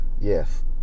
yes